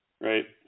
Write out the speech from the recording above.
right